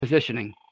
positioning